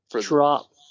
drop